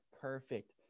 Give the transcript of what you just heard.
perfect